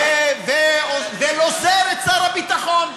את שר הביטחון.